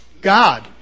God